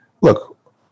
look